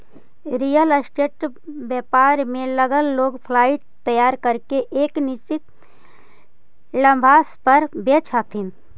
real estate व्यापार में लगल लोग फ्लाइट तैयार करके एक निश्चित लाभांश पर बेचऽ हथी